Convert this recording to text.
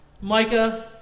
Micah